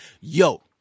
Yo